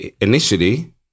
initially